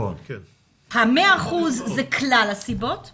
ה-100% זה כלל הסיבות,